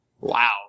Wow